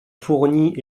fournies